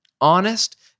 honest